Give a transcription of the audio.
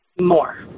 More